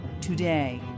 today